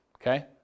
Okay